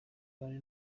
ibane